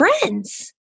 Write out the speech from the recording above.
friends